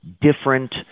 different